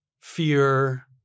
fear